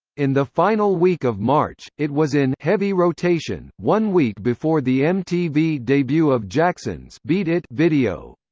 in the final week of march, it was in heavy rotation, one week before the mtv debut of jackson's beat it video.